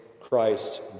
Christ